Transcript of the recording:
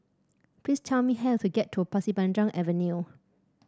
please tell me how to get to Pasir Panjang Avenue